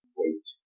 wait